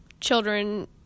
children